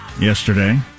yesterday